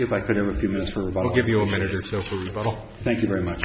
if i could have a few minutes for of i'll give you a minute or so for all thank you very much